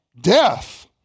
Death